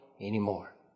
anymore